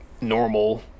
Normal